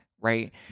Right